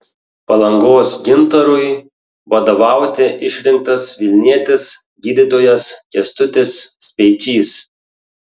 palangos gintarui vadovauti išrinktas vilnietis gydytojas kęstutis speičys